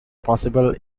possible